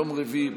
יום רביעי,